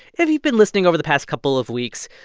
if you've been listening over the past couple of weeks,